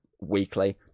weekly